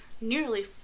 Nearly